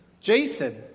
Jason